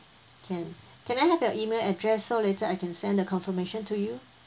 can can I have your email address so later I can send the confirmation to you